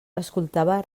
escoltava